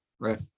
Right